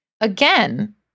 Again